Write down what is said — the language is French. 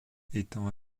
étant